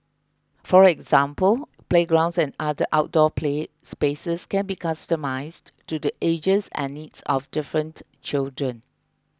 for example playgrounds and other outdoor play spaces can be customized to the ages and needs of different children